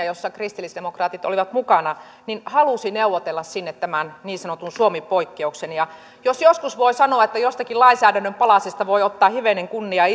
jossa kristillisdemokraatit olivat mukana halusi neuvotella sinne tämän niin sanotun suomi poikkeuksen jos joskus voi sanoa että jostakin lainsäädännön palasesta voi ottaa hivenen kunniaa